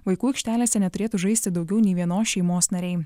vaikų aikštelėse neturėtų žaisti daugiau nei vienos šeimos nariai